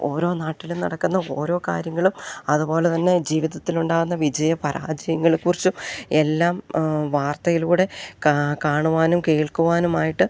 ഓരോ നാട്ടിലും നടക്കുന്ന ഓരോ കാര്യങ്ങളും അതു പോലെ തന്നെ ജീവിതത്തിലുണ്ടാകുന്ന വിജയ പരാജയങ്ങളെക്കുറിച്ചും എല്ലാം വാർത്തയിലൂടെ ക കാണുവാനും കേൾക്കുവാനുമായിട്ട്